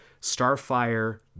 Starfire